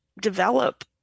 develop